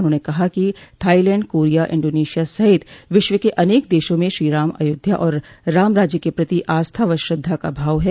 उन्होंने कहा कि थाईलैंड कोरिया इंडोनेशिया सहित विश्व के अनेक देशों में श्रीराम अयोध्या और राम राज्य के प्रति आस्था व श्रद्धा का भाव है